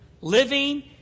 living